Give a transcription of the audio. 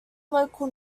local